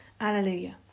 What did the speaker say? Alleluia